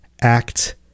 act